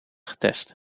getest